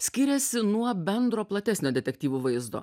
skiriasi nuo bendro platesnio detektyvų vaizdo